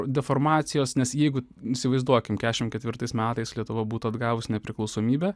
deformacijos nes jeigu įsivaizduokim keturiasdešimt ketvirtais metais lietuva būtų atgavus nepriklausomybę